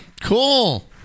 Cool